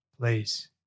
please